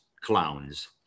clowns